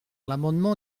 l’amendement